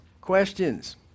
questions